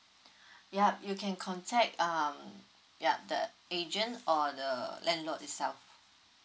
yup you can contact um yup the agent or the landlord itself